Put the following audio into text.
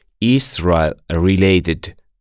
Israel-related